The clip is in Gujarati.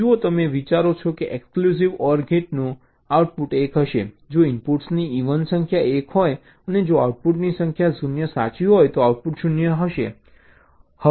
જુઓ તમે વિચારો છો કે એક્સક્લુઝિવ OR ગેટનું આઉટપુટ 1 હશે જો ઇનપુટ્સની ઇવન સંખ્યા 1 હોય અને જો ઇનપુટની સંખ્યા 0 સાચી હોય તો આઉટપુટ 0 હશે